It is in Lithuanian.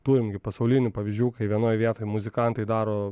turim gi pasaulinių pavyzdžių kai vienoj vietoj muzikantai daro